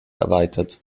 erweitert